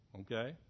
Okay